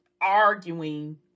arguing